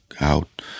out